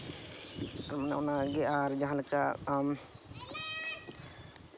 ᱚᱱᱟᱜᱮ ᱟᱨ ᱡᱟᱦᱟᱸ ᱞᱮᱠᱟ ᱟᱢ